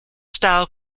style